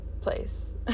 place